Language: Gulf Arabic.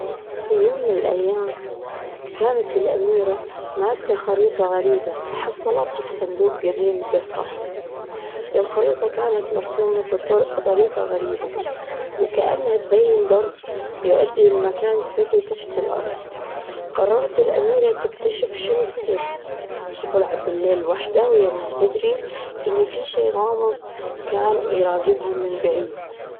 في يوم من الأيام كانت الأميرة ماسكة خريطة غريبة حصلتها في صندوج جديم بجصرها. الخريطة كانت مرسومة بطرق- بطريقة غريبة، وكأنها تبين درب يؤدي إلى مكان سري تحت الأرض. قررت الأميرة تكتشف شنو السر، وطلعت بالليل وحدها وهي ما تدري إن فيه شي غامظ كان يراجبها من بعيد.